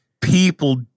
People